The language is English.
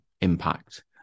impact